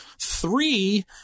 Three